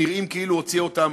נראים כאילו הוציאו אותם